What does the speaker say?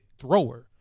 thrower